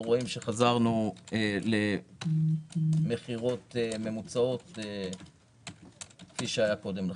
רואים שחזרנו למכירות ממוצעות כפי שהיה קודם לכן.